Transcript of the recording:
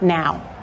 now